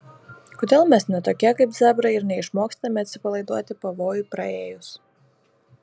kodėl mes ne tokie kaip zebrai ir neišmokstame atsipalaiduoti pavojui praėjus